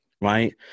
Right